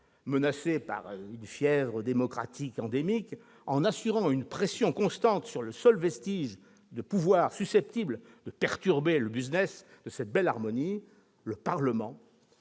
menacé par une fièvre démocratique endémique en assurant une pression constante sur le seul vestige de pouvoir susceptible de perturber le et cette belle harmonie : le Parlement.